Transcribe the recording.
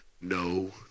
No